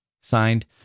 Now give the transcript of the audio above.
Signed